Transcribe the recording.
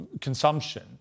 consumption